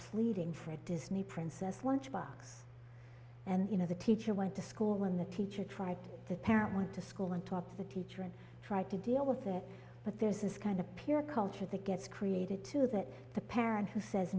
pleading for a disney princess lunchbox and you know the teacher went to school when the teacher tried to parent went to school and talked to the teacher and tried to deal with it but there's this kind of peer culture that gets created to that the parent who says